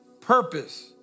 purpose